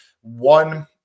One